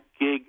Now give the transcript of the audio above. gig